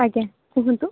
ଆଜ୍ଞା କୁହନ୍ତୁ